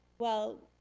well,